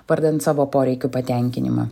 vardan savo poreikių patenkinimą